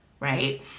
Right